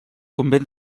convent